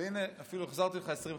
והינה, אפילו החזרתי 25 שניות.